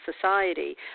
society